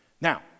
Now